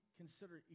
consider